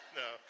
no